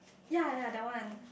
ya ya that one